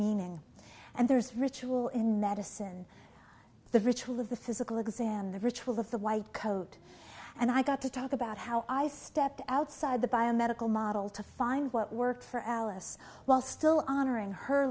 meaning and there's ritual in medicine the ritual of the physical exam the ritual of the white coat and i got to talk about how i stepped outside the by a medical model to find what worked for alice while still honoring her